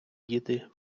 діти